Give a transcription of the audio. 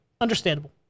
understandable